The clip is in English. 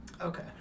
Okay